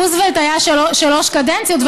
רוזוולט היה שלוש קדנציות,